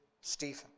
Stephen